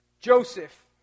Joseph